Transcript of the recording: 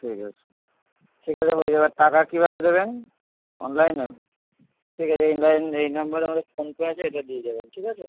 ঠিক আছে ঠিক আছে হয়ে যাবে টাকা আর কীভাবে দেবেন অনলাইনে ঠিক আছে এই লাইন এই নাম্বারে আমাদের ফোন পে আছে এটা দিয়ে যাবেন ঠিক আছে